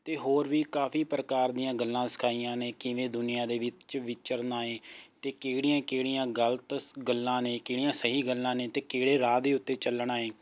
ਅਤੇ ਹੋਰ ਵੀ ਕਾਫ਼ੀ ਪ੍ਰਕਾਰ ਦੀਆਂ ਗੱਲਾਂ ਸਿਖਾਈਆਂ ਨੇ ਕਿਵੇਂ ਦੁਨੀਆ ਦੇ ਵਿੱਚ ਵਿਚਰਨਾ ਹੈ ਅਤੇ ਕਿਹੜੀਆਂ ਕਿਹੜੀਆਂ ਗਲਤ ਗੱਲਾਂ ਨੇ ਕਿਹੜੀਆਂ ਸਹੀ ਗੱਲਾਂ ਨੇ ਅਤੇ ਕਿਹੜੇ ਰਾਹ ਦੇ ਉੱਤੇ ਚੱਲਣਾ ਹੈ